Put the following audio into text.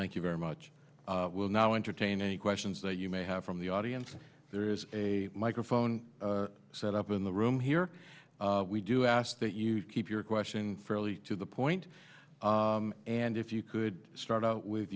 thank you very much i will now entertain any questions that you may have from the audience there is a microphone set up in the room here we do ask that you keep your question fairly to the point and if you could start